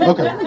Okay